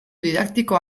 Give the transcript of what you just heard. didaktikoa